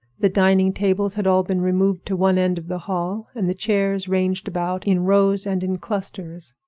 the dining tables had all been removed to one end of the hall, and the chairs ranged about in rows and in clusters.